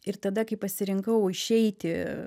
ir tada kai pasirinkau išeiti